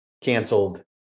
canceled